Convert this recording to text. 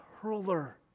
hurler